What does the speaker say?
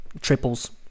Triples